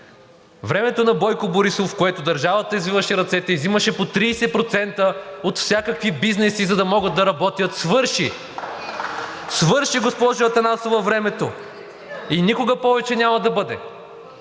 времето на Бойко Борисов, в което държавата извиваше ръцете и взимаше по 30% от всякакви бизнеси, за да могат да работят, свърши. Свърши, госпожо Атанасова, времето и никога повече няма да бъде.